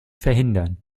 verhindern